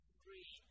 three